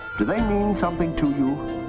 do they mean something to you?